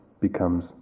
becomes